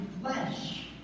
flesh